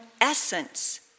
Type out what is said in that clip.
essence